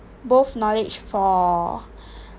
both knowledge for